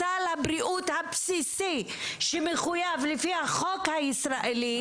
סל הבריאות הבסיסי שמחויב לפי החוק הישראלי.